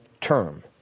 term